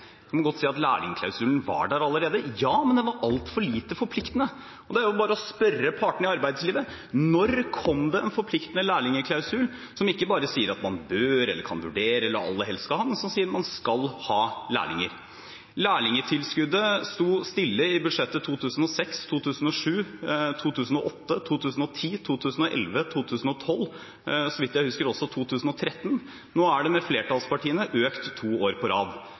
Man kan godt si at lærlingklausulen var der allerede – ja, men den var altfor lite forpliktende. Det er bare å spørre partene i arbeidslivet: Når kom det en forpliktende lærlingklausul som ikke bare sier at man bør eller kan eller aller helst skal vurdere, men som sier at man skal ha lærlinger. Lærlingtilskuddet sto stille i budsjettene for 2006, 2007, 2008, 2010, 2011 og 2012 – og så vidt jeg husker også i 2013. Nå er det, med flertallspartiene, økt to år på rad.